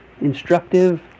instructive